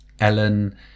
Ellen